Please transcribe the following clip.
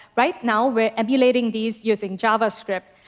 right now we're emulating these using javascript,